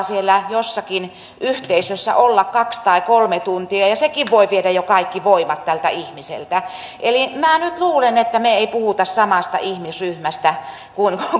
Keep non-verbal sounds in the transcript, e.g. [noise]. [unintelligible] siellä jossakin yhteisössä jaksaa olla kaksi tai kolme tuntia ja ja sekin voi viedä jo kaikki voimat tältä ihmiseltä minä nyt luulen että me emme puhu samasta ihmisryhmästä kun